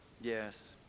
Yes